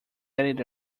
let